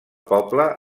poble